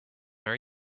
are